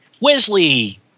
Wesley